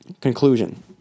Conclusion